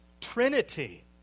Trinity